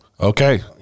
Okay